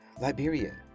Liberia